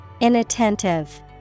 inattentive